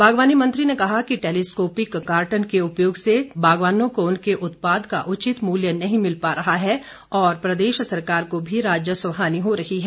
बागवानी मंत्री ने कहा कि टैलीस्कोपिक कार्टन के उपयोग से बागवानों को उनके उत्पाद का उचित मूल्य नहीं मिल पर रहा है और प्रदेश सरकार को भी राजस्व हानि हो रही है